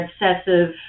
obsessive